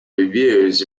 reviews